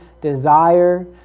desire